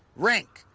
rink,